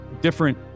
different